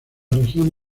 región